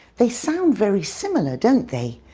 they sound very similar, don't they,